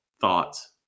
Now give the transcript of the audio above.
thoughts